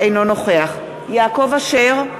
אינו נוכח יעקב אשר,